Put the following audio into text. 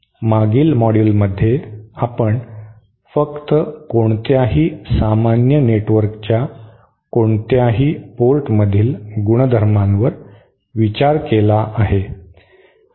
मागील मॉड्यूलमध्ये आपण फक्त कोणत्याही सामान्य नेटवर्कच्या कोणत्याही पोर्टमधील गुणधर्मांवर विचार केला आहे